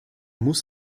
muss